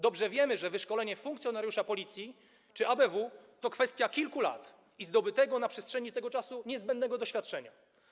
Dobrze wiemy, że wyszkolenie funkcjonariusza Policji czy ABW to kwestia kilku lat i zdobytego na przestrzeni tego czasu niezbędnego doświadczenia.